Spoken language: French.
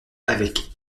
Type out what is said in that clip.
avec